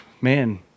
man